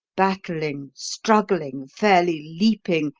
battling, struggling, fairly leaping,